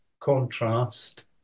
contrast